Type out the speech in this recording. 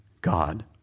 God